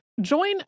Join